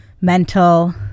mental